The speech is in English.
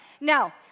Now